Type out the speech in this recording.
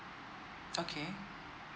okay